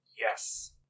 Yes